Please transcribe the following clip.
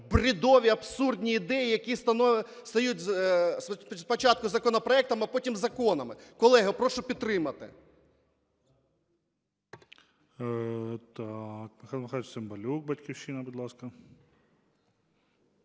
бредові, абсурдні ідеї, які стають спочатку законопроектами, а потім законами. Колеги, прошу підтримати.